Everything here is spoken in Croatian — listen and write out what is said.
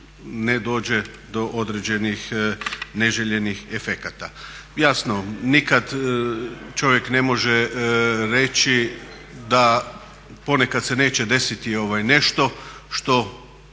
ne dođe do određenih neželjenih efekata. Jasno, nikad čovjek ne može reći da ponekad se neće desiti nešto što